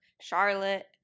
Charlotte